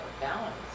balance